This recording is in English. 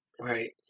Right